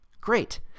Great